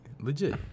legit